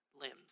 limbs